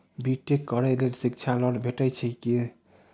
B tech करै लेल शिक्षा लोन भेटय छै की?